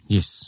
Yes